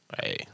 Hey